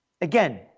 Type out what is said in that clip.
Again